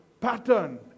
pattern